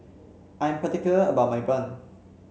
I'm particular about my bun